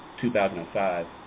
2005